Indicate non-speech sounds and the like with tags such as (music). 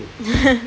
(laughs)